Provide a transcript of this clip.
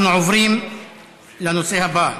אנחנו עוברים לנושא הבא,